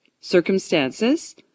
circumstances